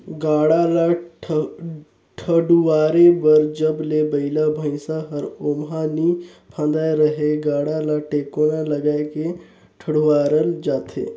गाड़ा ल ठडुवारे बर जब ले बइला भइसा हर ओमहा नी फदाय रहेए गाड़ा ल टेकोना लगाय के ठडुवारल जाथे